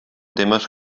temes